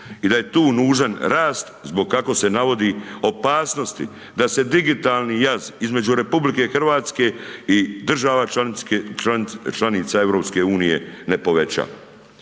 I da je tu nužan rast zbog, kako se navodi, opasnosti da se digitalni jaz između RH i država članica EU ne poveća.